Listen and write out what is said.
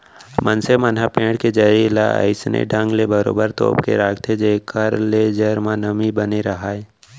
मनसे मन ह पेड़ के जरी ल अइसने ढंग ले बरोबर तोप के राखथे जेखर ले जर म नमी बने राहय